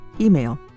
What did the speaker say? email